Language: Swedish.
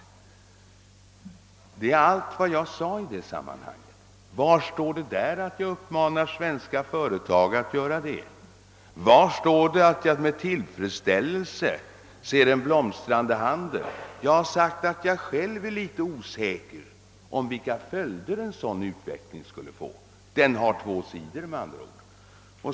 Var står det att jag uppmanar svenska företag att göra det och det? Var står det att jag med tillfredsställelse ser en blomstrande handel? Jag har sagt att jag själv är litet osäker om vilka följder en sådan utveckling skulle få — den har med andra ord två sidor.